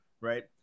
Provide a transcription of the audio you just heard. right